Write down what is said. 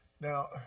Now